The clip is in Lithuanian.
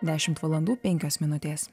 dešimt valandų penkios minutės